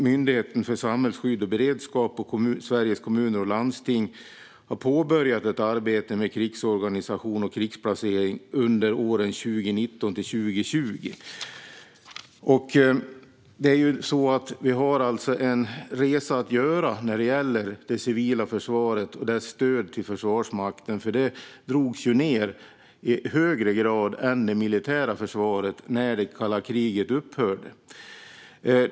Myndigheten för samhällsskydd och beredskap och Sveriges Kommuner och Landsting har påbörjat ett arbete med krigsorganisation och krigsplacering som pågår under åren 2019-2020. Vi har en resa att göra när det gäller det civila försvaret och stödet till Försvarsmakten. Det drogs ned i högre grad än det militära försvaret när det kalla kriget upphörde.